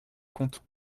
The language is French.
compte